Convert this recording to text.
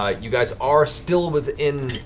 ah you guys are still within